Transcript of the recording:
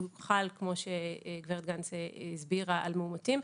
הוא חל, כמו שגברת גנס הסבירה, על מאומתים.